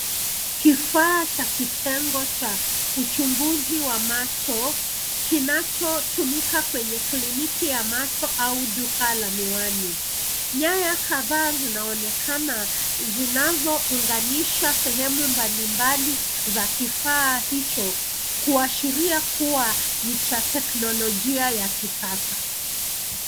Kifaa cha kitengo cha uchunguzi wa macho kinachotumika kwenye kliniki ya macho au duka la miwani. Nyaya kadhaa zinaonekana zinazounganisha sehemu mbalimbali za kifaa hicho kuashiria kuwa ni cha teknolojia ya kisasa.